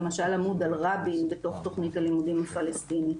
למשך עמוד על רבין בתוך תכנית הלימודים הפלסטינית.